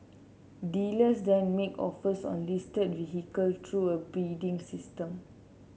dealers then make offers on listed vehicle through a bidding system